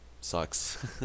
sucks